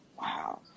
Wow